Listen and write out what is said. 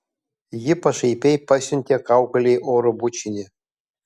ji pašaipiai pasiuntė kaukolei oro bučinį